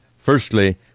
firstly